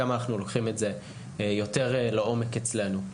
אנחנו גם לוקחים את זה יותר לעומק אצלנו,